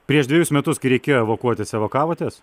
prieš dvejus metus kai reikėjo evakuotis evakavotės